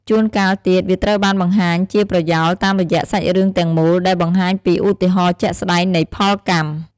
ជួនកាលទៀត វាត្រូវបានបង្ហាញជាប្រយោលតាមរយៈសាច់រឿងទាំងមូល ដែលបង្ហាញពីឧទាហរណ៍ជាក់ស្តែងនៃផលកម្ម។